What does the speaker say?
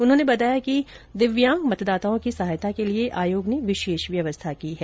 उन्होंने बताया कि दिव्यांग मतदाताओं की सहायता के लिए आयोग ने विशेष व्यवस्था की है